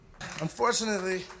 Unfortunately